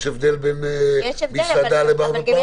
יש הבדל בין מסעדה לבר ופאב?